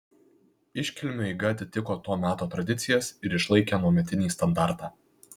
iškilmių eiga atitiko to meto tradicijas ir išlaikė anuometinį standartą